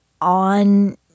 on